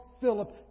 Philip